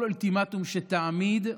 כל אולטימטום שתעמיד,